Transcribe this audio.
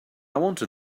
wanted